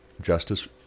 justice